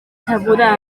sabuda